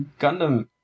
gundam